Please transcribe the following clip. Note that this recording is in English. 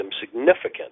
significant